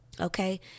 okay